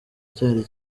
cyari